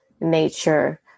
nature